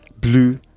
blue